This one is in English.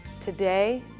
Today